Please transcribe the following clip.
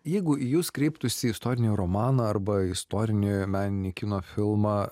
jeigu į jus kreiptųsi istorinį romaną arba istorinį meninį kino filmą